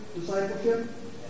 discipleship